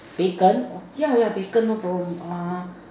bacon yeah yeah bacon no problem uh